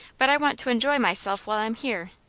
but i want to enjoy myself while i'm here,